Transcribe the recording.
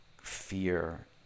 fear